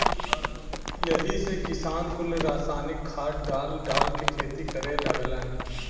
यही से किसान कुल रासायनिक खाद डाल डाल के खेती करे लगलन